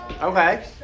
Okay